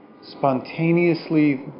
spontaneously